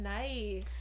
Nice